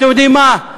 אתם יודעים מה?